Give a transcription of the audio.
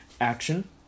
action